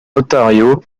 ontario